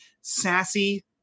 sassy